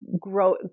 grow